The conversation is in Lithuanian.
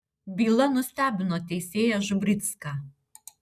byla nustebino teisėją žubricką